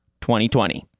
2020